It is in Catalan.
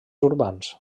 urbans